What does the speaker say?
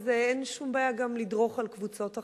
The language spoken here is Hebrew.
אז אין שום בעיה גם לדרוך על קבוצות אחרות,